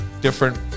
different